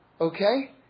okay